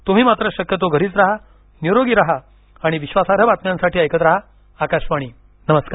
तुम्ही मात्र शक्यतो घरीच राहा निरोगी राहा आणि विश्वासार्ह बातम्यांसाठी ऐकत राहा आकाशवाणी नमस्कार